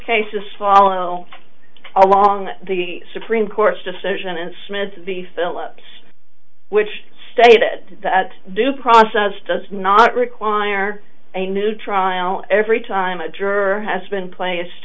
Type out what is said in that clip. cases follow along the supreme court's decision and smith the phillips which stated that due process does not require a new trial every time a juror has been placed